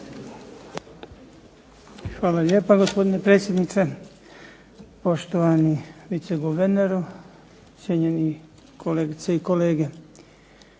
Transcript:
Hvala lijepa gospodine predsjedniče, poštovani vice guverneru, cijenjeni kolegice i kolege.